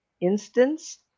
instance